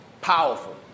powerful